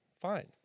Fine